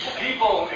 people